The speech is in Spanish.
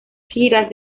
giras